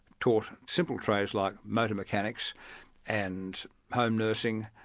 taught simple trades like motor mechanics and home nursing,